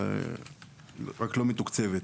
רק לא מתוקצבת.